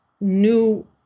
new